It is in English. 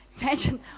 Imagine